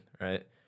right